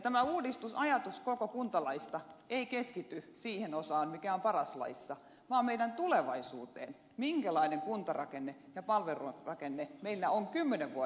tämä uudistusajatus koko kuntalaista ei keskity siihen osaan mikä on paras laissa vaan meidän tulevaisuuteemme minkälainen kunta ja palvelurakenne meillä on kymmenen vuoden päästä